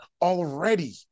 already